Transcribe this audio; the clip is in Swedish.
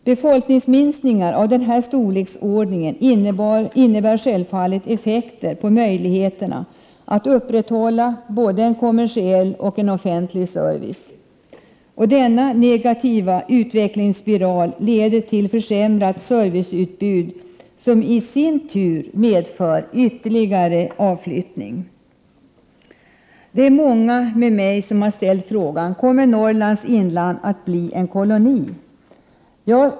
Befolkningsminskningar av denna storleksordning innebär självfallet konsekvenser för möjligheterna att upprätthålla både en kommersiell och en offentlig service. Denna negativa utvecklingsspiral leder till försämrat serviceutbud, som i sin tur medför ytterligare avflyttning. Det är många med mig som har ställt frågan om Norrlands inland kommer att bli en koloni.